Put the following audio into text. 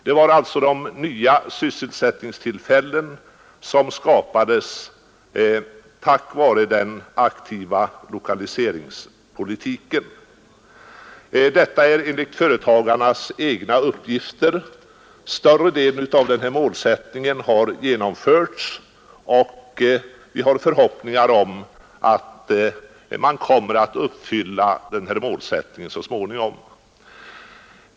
Det var alltså — enligt företagarnas egna uppgifter — de nya sysselsättningstillfällen som skapades tack vare den aktiva lokaliseringspolitiken. Större delen av denna målsättning har alltså genomförts, och vi har förhoppningar om att hela målet skall kunna uppnås så småningom.